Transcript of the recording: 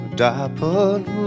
dappled